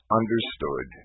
understood